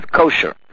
kosher